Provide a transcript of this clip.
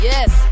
Yes